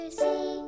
see